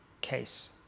case